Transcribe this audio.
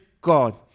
god